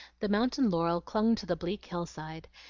the mountain-laurel clung to the bleak hillside,